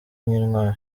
nk’intwari